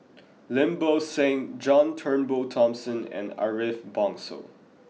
Lim Bo Seng John Turnbull Thomson and Ariff Bongso